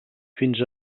fins